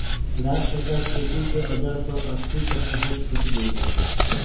राज्य सरकार खेती के औजार पर अस्सी परतिशत छुट देई छई